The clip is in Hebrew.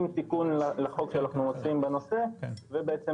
עם תיקון לחוק שאנחנו מציעים בנושא ובעצם